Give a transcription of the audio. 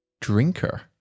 drinker